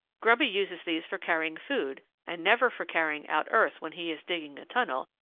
grubby uses these for carrying food and never for carrying out earth when he is digging a tunnel,